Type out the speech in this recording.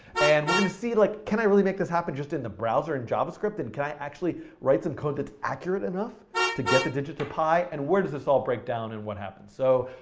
and we're going to see like, can i really make this happen, just in the browser and javascript, and can i actually write some code that's accurate enough to get the digits of pi? and where does this all break down, and what happens? so,